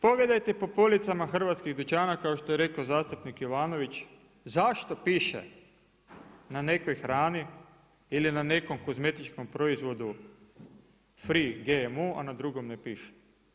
Pogledajte po policama hrvatskih dućana kao što je rekao zastupnik Jovanović, zašto piše na nekoj hrani, ili na nekom kozmetičkom proizvodu free GMO, a na drugom ne piše.